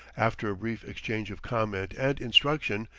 after a brief exchange of comment and instruction,